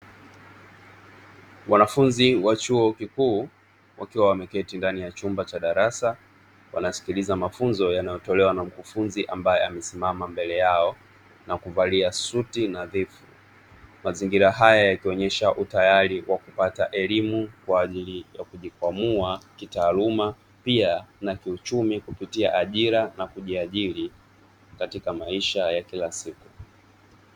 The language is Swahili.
Wanafunzi wa chuo kikuu wakiwa wameketi ndani ya chumba cha darasa wanasikiliza mafunzo yanayotolewa na mkufunzi ambaye amesimama mbele yao na kuvalia suti nadhifu. Mazingira haya yakionyesha utayari wa kupata elimu kwa ajili ya kujikwamua kitaaluma pia na kiuchumi kupitia ajira na kujiajiri katika maisha ya kila siku.